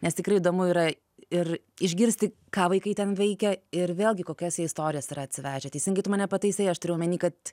nes tikrai įdomu yra ir išgirsti ką vaikai ten veikia ir vėlgi kokias jie istorijas yra atsivežę teisingai tu mane pataisei aš turiu omeny kad